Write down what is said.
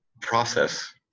process